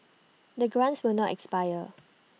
the grants will not expire